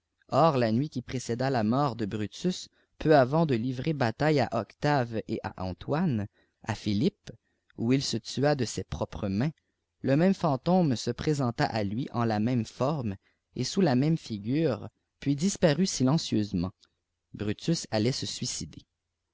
or la nuit qui précéda la mort de brutus peu avant de livrer bataille à octave et à antoine à philippes où il se tua de ses propres mains le même fantôme se présenta à lui en la même forme et sous la même figure puis disparut silencieusement brutus allait se suicider